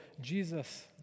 Jesus